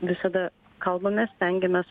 visada kalbamės stengiamės